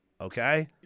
okay